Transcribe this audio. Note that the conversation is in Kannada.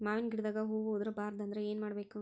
ಮಾವಿನ ಗಿಡದಾಗ ಹೂವು ಉದುರು ಬಾರದಂದ್ರ ಏನು ಮಾಡಬೇಕು?